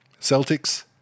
Celtics